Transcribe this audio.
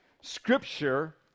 scripture